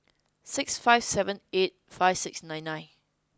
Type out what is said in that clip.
six five seven eight five six nine nine